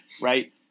right